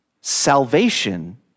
Salvation